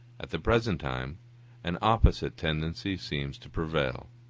at the present time an opposite tendency seems to prevail,